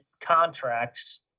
contracts